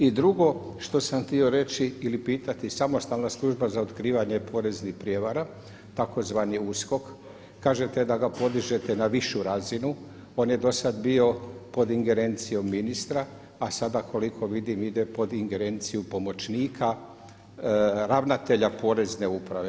I drugo što sam htio reći ili pitati samostalna služba za otkrivanje poreznih prijevara tzv. USKOK, kažete da ga podižete na višu razinu, on je dosad bio pod ingerencijom ministra a sada koliko vidim ide pod ingerenciju pomoćnika ravnatelja porezne uprave.